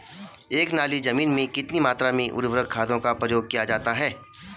एक नाली जमीन में कितनी मात्रा में उर्वरक खादों का प्रयोग किया जाता है?